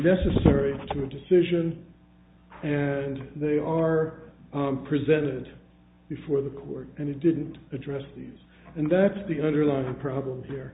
necessary to a decision and they are presented before the court and it didn't address these and that's the underlying problem there